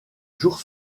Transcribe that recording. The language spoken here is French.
jours